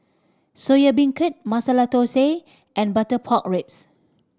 Soya Beancurd Masala Thosai and butter pork ribs